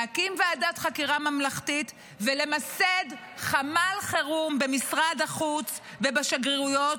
להקים ועדת חקירה ממלכתית ולמסד חמ"ל חירום במשרד החוץ ובשגרירויות,